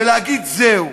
ולהגיד: זהו,